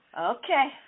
Okay